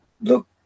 Look